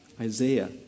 Isaiah